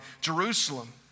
Jerusalem